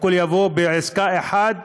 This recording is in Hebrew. הכול יבוא בעסקה אחת